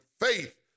faith